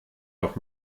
auf